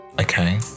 Okay